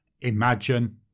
Imagine